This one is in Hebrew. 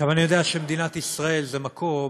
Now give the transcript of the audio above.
אני יודע שמדינת ישראל זה מקום